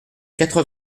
quatre